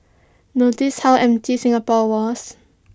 notice how empty Singapore was